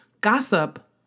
Gossip